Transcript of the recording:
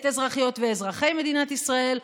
את אזרחיות ואזרחי מדינת ישראל,